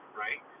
right